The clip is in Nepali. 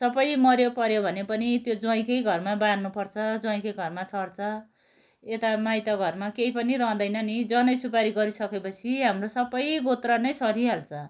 सबै मर्यो पर्यो भने पनि त्यो ज्वाइँकै घरमा बार्नुपर्छ ज्वाइँकै घरमा सर्छ यता माइत घरमा केही पनि रहँदैन नि जनैसुपारी गरिसके पछि हाम्रो सबै गोत्र नै सरिहाल्छ